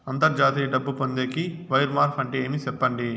అంతర్జాతీయ డబ్బు పొందేకి, వైర్ మార్పు అంటే ఏమి? సెప్పండి?